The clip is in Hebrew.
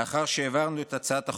לאחר שהעברנו את הצעת החוק,